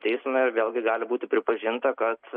teisme vėlgi gali būti pripažinta kad